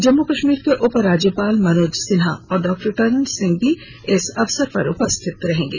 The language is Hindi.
जम्मू कश्मीर के उपराज्यपाल मनोज सिन्हा और डॉक्टर कर्ण सिंह भी इस अवसर पर उपस्थित रहेंगे